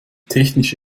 technische